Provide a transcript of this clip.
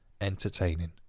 entertaining